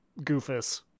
goofus